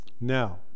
now